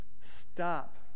stop